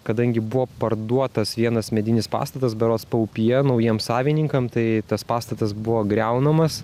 kadangi buvo parduotas vienas medinis pastatas berods paupyje naujiem savininkam tai tas pastatas buvo griaunamas